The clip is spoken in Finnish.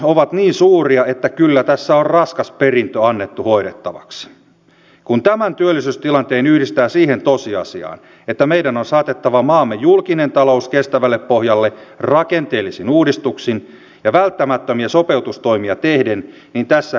ovat niin suuria että kyllä anteeksi rouva puhemies tämä toistaminen mutta kun tämän viikon ajan on tietoisesti levitetty päinvastaista väittämää niin tämä asia esimerkiksi lukee valtiovarainvaliokunnan mietinnössä ja sille on ihan perusteet